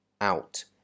out